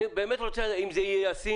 אני רוצה לדעת אם זה יהיה ישים.